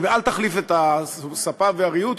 ואל תחליף את הספה והריהוט,